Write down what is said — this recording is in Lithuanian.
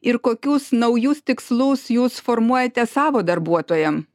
ir kokius naujus tikslus jūs formuojate savo darbuotojam